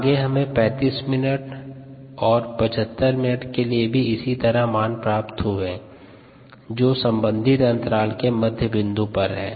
आगे हमें 35 मिनट और 75 मिनट के लिए भी इसी तरह मान प्राप्त हुए हैं जो संबंधित अंतराल के मध्य बिंदु पर हैं